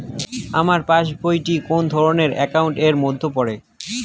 আমার passbook টি কোন ধরণের একাউন্ট এর মধ্যে পড়ে?